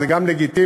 זה גם לגיטימי.